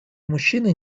мужчины